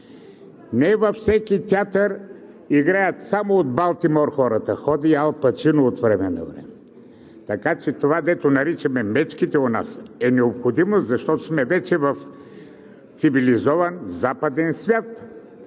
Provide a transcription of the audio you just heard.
Не във всеки театър играят само от Балтимор хората, ходи и Ал Пачино от време на време. Това, което наричаме „мечките“ у нас, е необходимо, защото вече сме в цивилизован западен свят